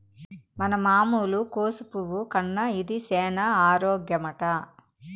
మన మామూలు కోసు పువ్వు కన్నా ఇది సేన ఆరోగ్యమట